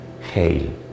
Hail